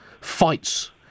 fights